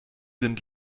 sind